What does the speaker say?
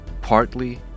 partly